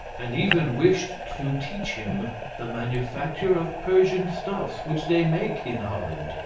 and even wished to teach him the manufacture of persian stuffs which they make in holland.